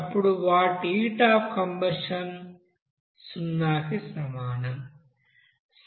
అప్పుడు వాటి heat of combustion సున్నాకి సమానం